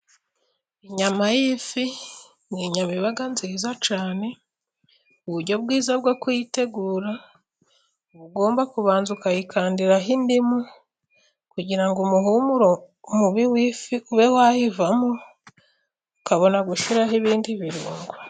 Inyama y'ifi ni inyama iba nziza cyane, uburyo bwiza bwo kuyitegura ugomba kubanza ukayikandiraho indimu, kugira ngo umuhumuro mubi w'ifi ube wayivamo, ukabona gushyiraho ibindi birungo.